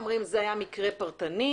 אומרים: זה היה מקרה פרטני,